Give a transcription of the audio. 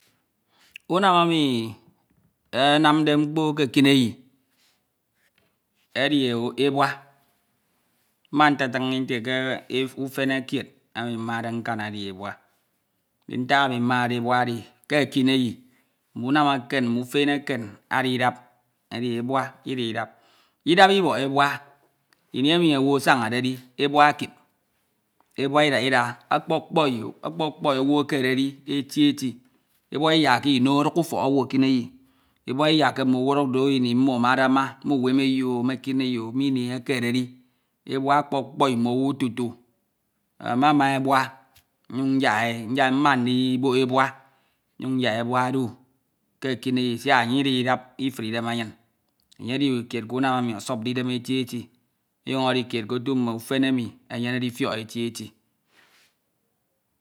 . Unam emi anamde mkpo ke ekineyi edi ebua. mmatatin mi nte ke ufenekied emi mmade nkan edi ebua. ndin ntak emi made ebua edi ke ekineyi mme unam eken. mme ufene eken ididi idap edi ebua idiha idap. idap iboho ebua ini emi owu asanade edi. ebua ekip. ebua idaha ida okpokpoi owu ekededi eti eti. ebua iyakke imo oduk ufok owu ekineye. ebua iyakke mmodu oduk do imi mmo amadema me umeneyio. me ekineye o. me ini eke edide. ebua okpokpoi mm'owu tutu mmama ebua nnyin nyak e. nyak mma ndibok mmyun nyak e. nyak mma ndibok nnyun nyak ebua odu ke ekineyi siak enye idiha itre idem anyin. enye di kied kunam emi osopde idem eti eti onyun edi kied kolu mme afene emi enyenode ifiok eti eti